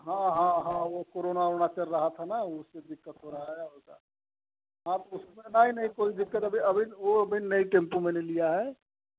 हाँ हाँ हाँ वो कोरोना ओरोना चल रहा था न उसमें दिक्कत हो रहा या होगा हँ उसमें नहीं नहीं कोई दिक्कत अभी अभी वो भी नहीं टेमपु मैंने लिया है